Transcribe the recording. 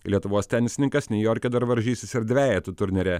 lietuvos tenisininkas niujorke dar varžysis ir dvejetų turnyre